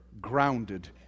grounded